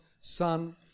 son